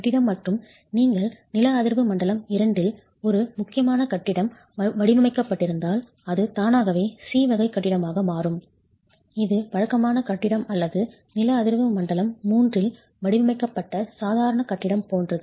கட்டிடம் மற்றும் நீங்கள் நில அதிர்வு மண்டலம் II இல் ஒரு முக்கியமான கட்டிடம் வடிவமைக்கப்பட்டிருந்தால் அது தானாகவே C வகை கட்டிடமாக மாறும் இது வழக்கமான கட்டிடம் அல்லது நில அதிர்வு மண்டலம் III இல் வடிவமைக்கப்பட்ட சாதாரண கட்டிடம் போன்றது